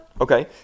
Okay